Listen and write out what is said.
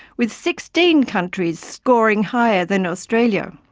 with sixteen countries scoring higher than australia.